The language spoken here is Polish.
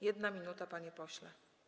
1 minuta, panie pośle.